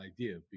idea